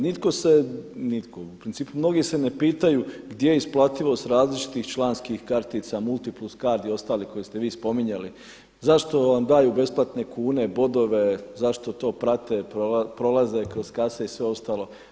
Nitko se u principu mnogi se ne pitaju gdje je isplativost različitih članskih kartica, MultiPlus card i ostale koje ste vi spominjali, zašto vam daju besplatne kune, bodove, zašto to prate prolaze kroz kase i sve ostalo?